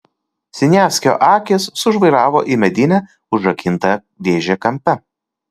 siniavskio akys sužvairavo į medinę užrakintą dėžę kampe